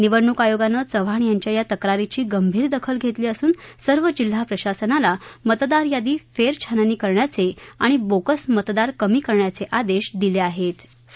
निवडणूक आयोगानं चव्हाण यांच्या या तक्रारीची गंभीर दखल घेतली असून सर्व जिल्हा प्रशासनाला मतदार यादी फेर छाननी करण्याचे आणि बोगस मतदार कमी करण्याचे आदेश निवडणूक आयोगानं दिले आहेत